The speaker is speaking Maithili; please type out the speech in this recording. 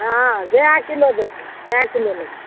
हँ जै किलो देथिन तै किलो लेबै हम